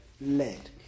led